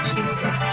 Jesus